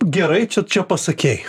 gerai čia čia pasakei